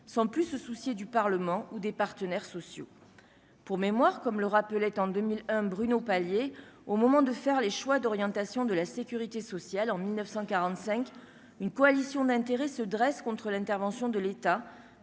sans plus se soucier du Parlement ou des partenaires sociaux pour mémoire, comme le rappelait en 2001 Bruno Palier au moment de faire les choix d'orientation de la Sécurité sociale en 1945 une coalition d'intérêts se dresse contre l'intervention de l'État